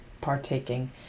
partaking